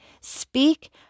Speak